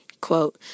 quote